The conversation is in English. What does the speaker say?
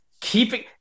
keeping